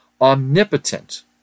omnipotent